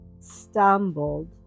stumbled